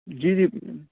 جی جی